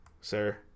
sir